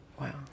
Wow